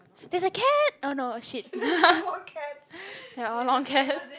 there's a cat oh not shit a long cat